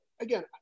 again